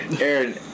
Aaron